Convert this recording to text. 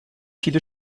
viele